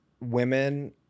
women